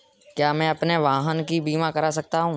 क्या मैं अपने वाहन का बीमा कर सकता हूँ?